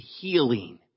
healing